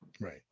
right